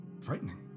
frightening